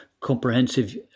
comprehensive